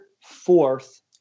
fourth